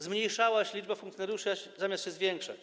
Zmniejszała się liczba funkcjonariuszy, zamiast się zwiększać.